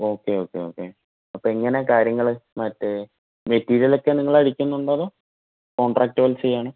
okay okay okay അപ്പോൾ എങ്ങനെയാണ് കാര്യങ്ങൾ മറ്റേ മെറ്റീരിയലൊക്കെ നിങ്ങളടിക്കുന്നുണ്ടോ അതോ കോൺട്രാക്ട് പോലെ ചെയ്യുകയാണോ